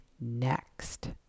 next